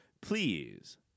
Please